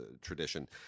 tradition